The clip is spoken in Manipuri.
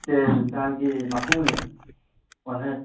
ꯕꯤꯁꯥꯜꯒꯤ ꯃꯄꯨꯅꯦ ꯑꯣꯅꯔ